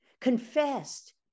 confessed